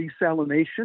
desalination